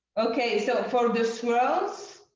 okay. so for the swirls,